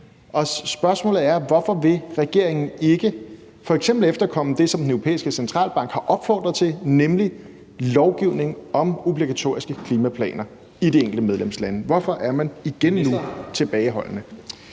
og spørgsmålet er: Hvorfor vil regeringen ikke f.eks. efterkomme det, som Den Europæiske Centralbank har opfordret til, nemlig lovgivning om obligatoriske klimaplaner i de enkelte medlemslande? Hvorfor er man nu igen tilbageholdende?